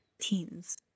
teens